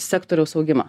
sektoriaus augimą